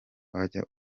wajya